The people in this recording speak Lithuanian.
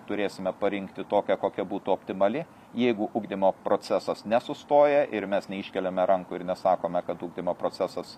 turėsime parinkti tokią kokia būtų optimali jeigu ugdymo procesas nesustoja ir mes neiškeliame rankų ir nesakome kad ugdymo procesas